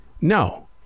no